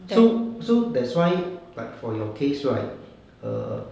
so so that's why like for your case right err